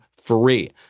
free